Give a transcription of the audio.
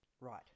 Right